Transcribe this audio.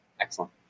Excellent